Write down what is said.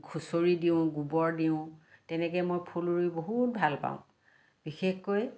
খুচৰি দিওঁ গোবৰ দিওঁ তেনেকৈ মই ফুল ৰুই বহুত ভাল পাওঁ বিশেষকৈ